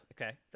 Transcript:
Okay